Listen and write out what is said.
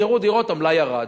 נמכרו דירות, המלאי ירד,